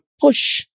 push